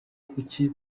kuki